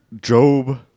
Job